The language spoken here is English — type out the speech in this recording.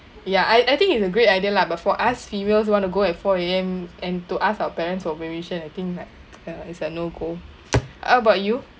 ya I I think it's a great idea lah but for us females want to go at four A_M and to ask our parents for permission I think like uh it's a no-go how about you